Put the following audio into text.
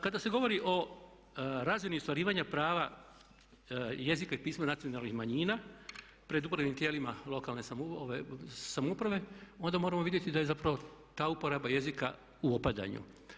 Kada se govori o razini ostvarivanja prava jezika i pisma nacionalnih manjina pred upravnim tijelima lokalne samouprave onda moramo vidjeti da je zapravo ta uporaba jezika u opadanju.